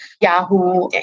Yahoo